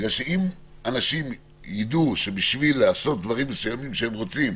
בגלל שאם אנשים ידעו שבשביל לעשות דברים מסוימים שהם רוצים,